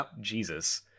jesus